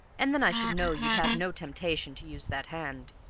and then i should know you'd have no temptation to use that hand